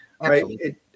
right